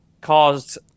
caused